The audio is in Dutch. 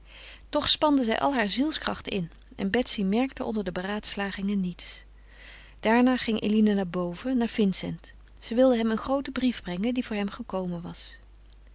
toch spande zij al hare zielskracht in en betsy merkte onder de beraadslagingen niets daarna ging eline naar boven naar vincent zij wilde hem een grooten brief brengen die voor hem gekomen was